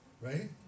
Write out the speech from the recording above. Right